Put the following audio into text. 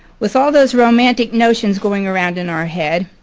with all those romantic notions going around in our head,